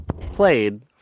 played